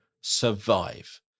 survive